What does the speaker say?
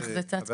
איך זה צץ פתאום?